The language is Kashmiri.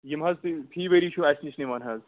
یِم حظ تُہۍ فی ؤریہِ چھِو اَسہِ نِش نِوان حظ